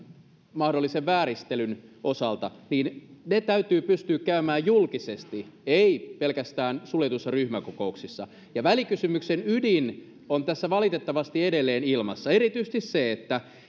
mahdollisen vääristelyn osalta niin ne täytyy pystyä käymään julkisesti ei pelkästään suljetuissa ryhmäkokouksissa ja välikysymyksen ydin on tässä valitettavasti edelleen ilmassa erityisesti se